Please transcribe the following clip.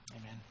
Amen